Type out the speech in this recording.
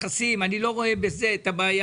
היושב-ראש, לא קיבלנו תשובה לגבי העובדים.